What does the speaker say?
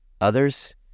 others